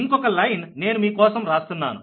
ఇంకొక లైన్ నేను మీకోసం రాస్తున్నాను